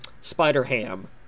Spider-Ham